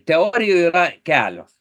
teorijų yra kelios